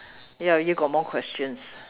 ya you got more questions